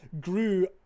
grew